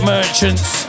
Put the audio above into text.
Merchants